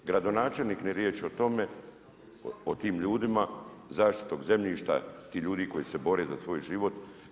Gradonačelnik ni riječ o tome o tim ljudima zaštiti tog zemljišta tih ljudi koji se bore za svoj život.